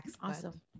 Awesome